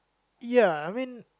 ya I mean